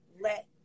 let